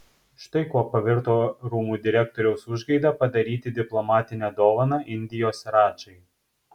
štai kuo pavirto rūmų direktoriaus užgaida padaryti diplomatinę dovaną indijos radžai